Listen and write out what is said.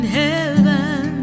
heaven